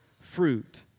fruit